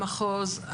המחוז,